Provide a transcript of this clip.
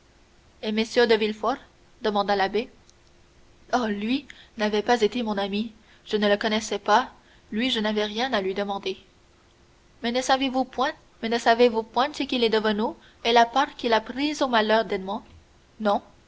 m de villefort demanda l'abbé oh lui n'avait pas été mon ami je ne le connaissais pas lui je n'avais rien à lui demander mais ne savez-vous point ce qu'il est devenu et la part qu'il a prise au malheur d'edmond non